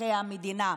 מאזרחי המדינה.